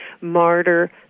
martyr